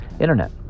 internet